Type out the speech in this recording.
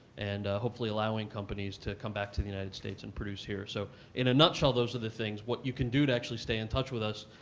and hopefully allowing companies to come back to the united states and produce here. so in a nutshell, those are the things. what you can do to actually stay in touch with us,